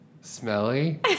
Smelly